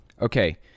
Okay